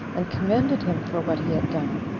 and commended him for what he had done,